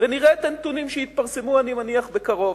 ונראה את הנתונים שיתפרסמו, אני מניח, בקרוב.